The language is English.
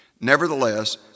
Nevertheless